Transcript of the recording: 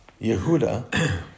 Yehuda